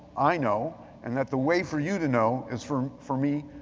i know and that the way for you to know is for for me,